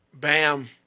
Bam